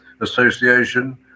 Association